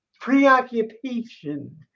preoccupation